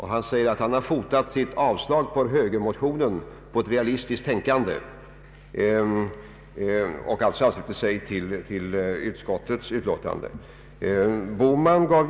Han säger också att han fotat sitt avslag på högermotionen på ett realistiskt bedömande och att han alltså ansluter sig till utskottets hemställan.